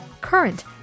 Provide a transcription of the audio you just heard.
current